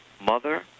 mother